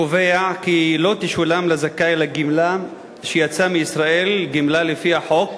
קובע כי לא תשולם לזכאי לגמלה שיצא מישראל גמלה לפי החוק